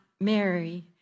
Mary